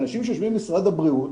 אנשים שיושבים במשרד הבריאות,